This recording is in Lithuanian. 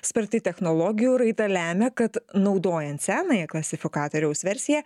sparti technologijų raida lemia kad naudojant senąją klasifikatoriaus versiją